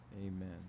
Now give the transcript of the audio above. Amen